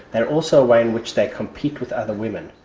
there also a way in which they compete with other women.